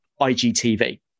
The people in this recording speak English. IGTV